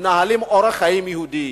מנהלים אורח חיים יהודי,